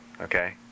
okay